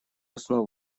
основы